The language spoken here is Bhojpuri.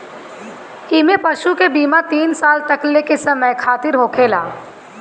इमें पशु के बीमा तीन साल तकले के समय खातिरा होखेला